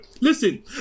Listen